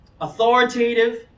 authoritative